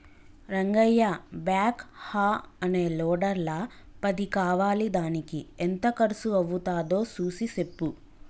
Rangayya backhoe అనే లోడర్ల పది కావాలిదానికి ఎంత కర్సు అవ్వుతాదో సూసి సెప్పు